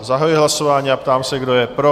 Zahajuji hlasování a ptám se, kdo je pro?